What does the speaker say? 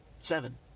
Seven